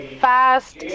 fast